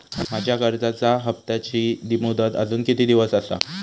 माझ्या कर्जाचा हप्ताची मुदत अजून किती दिवस असा?